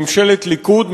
ממשלת ליכוד,